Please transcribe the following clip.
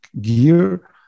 gear